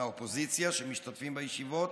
מהאופוזיציה שמשתתפים בישיבות,